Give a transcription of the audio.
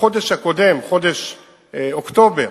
החודש הקודם, חודש אוקטובר,